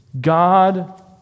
God